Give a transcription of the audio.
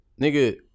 nigga